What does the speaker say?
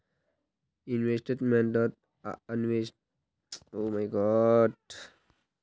deposit आर इन्वेस्टमेंटत होने वाला फायदार जानकारी रखना जरुरी छे